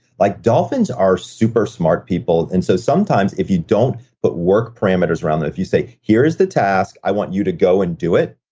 like dolphins are super smart people, and so sometimes if you don't put but work parameters around them, if you say, here is the task. i want you to go and do it.